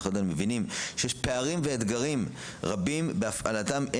--- מבינים שיש פערים ואתגרים בהפעלתן של הקופות.